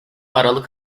aralık